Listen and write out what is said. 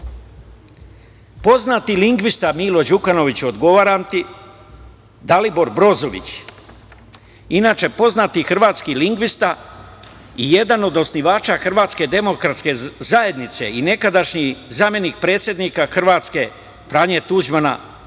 poznati lingvista Milo Đukanović odgovaram ti, Dalibor Brozović, inače poznati hrvatski lingvista i jedan od osnivača Hrvatske demografske zajednice i nekadašnji zamenik predsednika Hrvatske Franje Tuđmana,